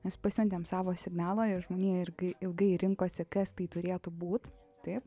mes pasiuntėm savo signalą ir žmonija irgi ilgai rinkosi kas tai turėtų būt taip